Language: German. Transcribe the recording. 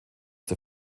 der